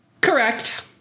correct